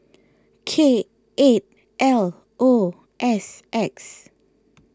K eight L O S X